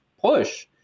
push